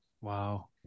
Wow